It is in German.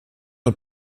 und